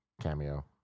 cameo